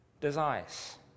desires